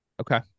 Okay